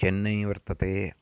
चेन्नै वर्तते